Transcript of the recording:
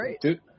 great